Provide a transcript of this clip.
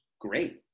great